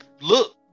look